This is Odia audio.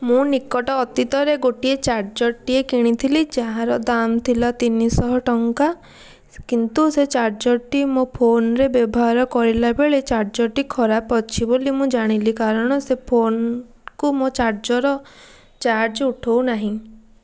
ମୁଁ ନିକଟ ଅତୀତରେ ଗୋଟିଏ ଚାର୍ଜର୍ଟିଏ କିଣି ଥିଲି ଯାହାର ଦାମ୍ ଥିଲା ତିନିଶହ ଟଙ୍କା କିନ୍ତୁ ସେଇ ଚାର୍ଜର୍ଟି ମୋ ଫୋନ୍ରେ ବ୍ୟବହାର କରିଲା ବେଳେ ଚାର୍ଜର୍ଟି ଖରାପ ଅଛି ବୋଲି ମୁଁ ଜାଣିଲି କାରଣ ସେ ଫୋନ୍କୁ ମୋ ଚାର୍ଜର୍ ଚାର୍ଜ ଉଠାଉନାହିଁ